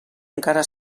encara